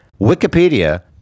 wikipedia